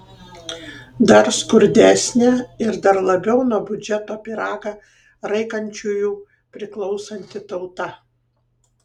dar skurdesnė ir dar labiau nuo biudžeto pyragą raikančiųjų priklausanti tauta